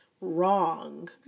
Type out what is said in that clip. wrong